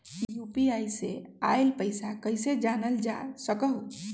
UPI से आईल पैसा कईसे जानल जा सकहु?